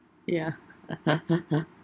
ya